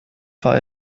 war